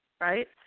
right